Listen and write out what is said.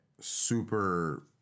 super